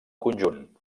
conjunt